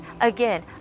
again